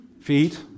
feet